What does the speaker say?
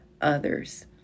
others